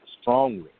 strongly